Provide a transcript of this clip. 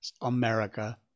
America